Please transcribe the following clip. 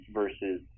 versus